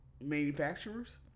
manufacturers